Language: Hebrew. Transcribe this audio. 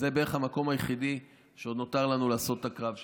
זה בערך המקום היחידי שעוד נותר לנו לעשות את הקרב שלנו.